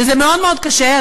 שזה מאוד מאוד קשה,